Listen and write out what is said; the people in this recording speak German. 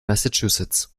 massachusetts